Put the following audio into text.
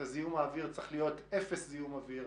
צריך להיות אפס זיהום אוויר,